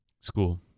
school